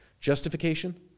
Justification